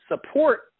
support